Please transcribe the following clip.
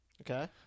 Okay